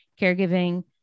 caregiving